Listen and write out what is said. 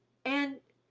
and,